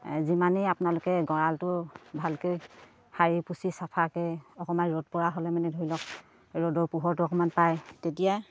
যিমানেই আপোনালোকে গঁৰালটো ভালকৈ সাৰি পুচি চাফাকৈ অকণমান ৰ'দ পৰা হ'লে মানে ধৰি লওক ৰ'দৰ পোহৰটো অকণমান পায় তেতিয়া